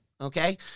okay